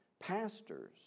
pastors